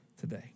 today